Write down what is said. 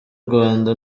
rwanda